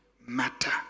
matter